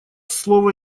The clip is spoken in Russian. слово